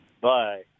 Bye